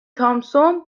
تامسون